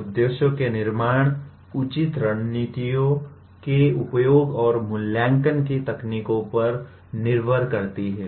उद्देश्यों के निर्माण उचित रणनीतियों के उपयोग और मूल्यांकन की तकनीकों पर निर्भर करती है